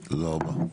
תודה רבה.